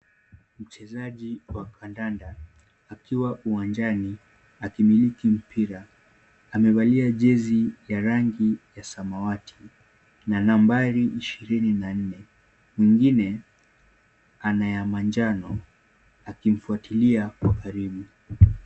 Mchezaji wa kadanda akiwa uwanjani akimiliki mpira. Amevalia jezi ya rangi ya samawati na nambari ishirini na nne. Mwingine ana ya manjano akimfuatilia kwa karibu.